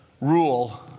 rule